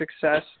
success